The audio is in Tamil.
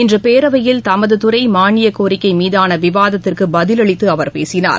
இன்று பேரவையில் தமது துறை மாளியக்கோரிக்கை மீதான் விவாதத்திற்கு பதிலளித்து அவர் பேசினார்